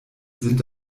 sind